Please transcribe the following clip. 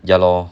ya lor